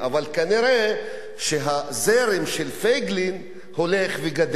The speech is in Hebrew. אבל כנראה הזרם של פייגלין הולך וגדל,